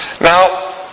Now